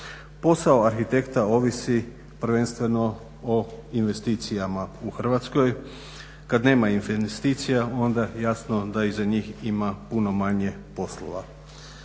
Posao arhitekta ovisi prvenstveno o investicijama u Hrvatskoj. Kad nema investicija onda jasno da i za njih ima puno manje poslova.